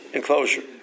enclosure